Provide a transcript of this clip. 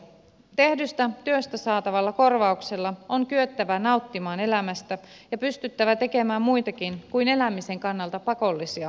tehdystä työstä saatavalla korvauksella on kyettävä nauttimaan elämästä ja pystyttävä tekemään muitakin kuin elämisen kannalta pakollisia hankintoja